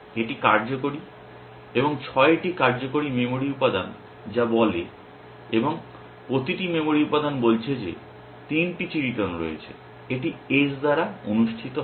এটি কার্যকরী এবং 6টি কার্যকরী মেমরি উপাদান যা বলে এবং প্রতিটি মেমরি উপাদান বলছে যে 3টি চিড়িতন রয়েছে এটি S দ্বারা অনুষ্ঠিত হয়